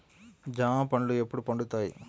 జామ పండ్లు ఎప్పుడు పండుతాయి?